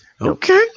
Okay